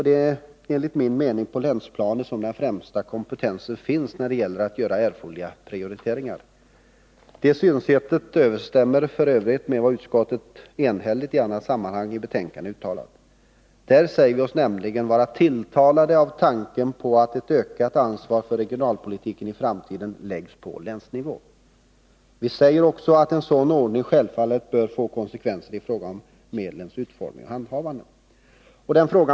Det är enligt min mening på länsplanet som den främsta kompetensen finns när det gäller att göra erforderliga prioriteringar. Detta synsätt överensstämmer ju f. ö. också med vad utskottet enhälligt i annat sammanhang i betänkandet har uttalat. Där säger vi oss nämligen vara tilltalade av tanken, att ett ökat ansvar för regionalpolitiken i framtiden skall läggas på länsnivå. Vi säger också att en sådan ordning självfallet bör få konsekvenser i fråga om medlens utformning och handhavande.